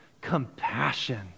compassion